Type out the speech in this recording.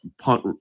punt